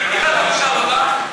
עם פתיחת המושב הבא,